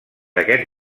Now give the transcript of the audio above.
aquest